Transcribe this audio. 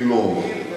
אני לא אומר,